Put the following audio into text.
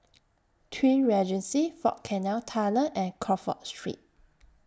Twin Regency Fort Canning Tunnel and Crawford Street